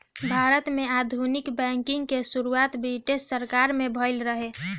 भारत में आधुनिक बैंकिंग के शुरुआत ब्रिटिस सरकार में भइल रहे